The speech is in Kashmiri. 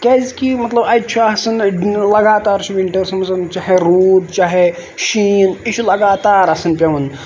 کیازِ کہِ مطلب اَتہِ چھُ آسان لگاتار چھُ وِنٹٲرسَن چاہے روٗد چاہے شیٖن یہِ چھُ لَگاتار آسان پیوان